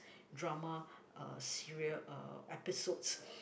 drama uh serial uh episodes